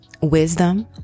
wisdom